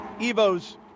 EVOs